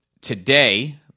Today